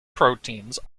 proteins